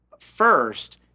First